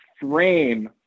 frame